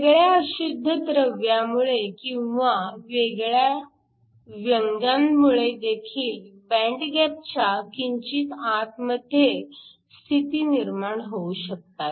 वेगळ्या अशुद्ध द्रव्यामुळे किंवा वेगळ्या व्यंगांमुळे देखील बँड गॅपच्या किंचित आतमध्ये स्थिती निर्माण होऊ शकतात